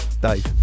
Dave